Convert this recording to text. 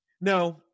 No